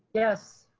yes.